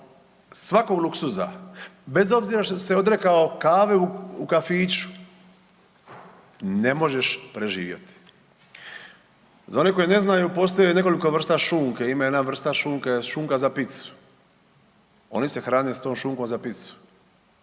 svakog luksuza, bez obzira što si se odrekao kave u kafiću ne možeš preživjeti. Za one koji ne znaju postoji nekoliko vrsta šunke, ima jedna vrsta šunke, šunka za pizzu, oni se hrane s tom šunkom za pizzu